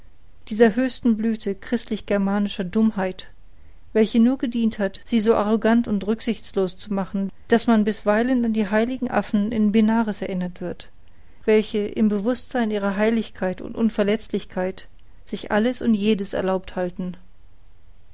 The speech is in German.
dieser höchsten blüthe christlich germanischer dummheit welche nur gedient hat sie so arrogant und rücksichtslos zu machen daß man bisweilen an die heiligen affen in benares erinnert wird welche im bewußtsein ihrer heiligkeit und unverletzlichkeit sich alles und jedes erlaubt halten